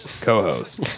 co-host